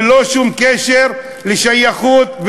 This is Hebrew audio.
ללא שום קשר לשייכות,